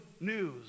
news